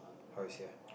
how you say ah